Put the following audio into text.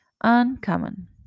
Uncommon